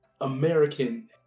American